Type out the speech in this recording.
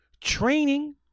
training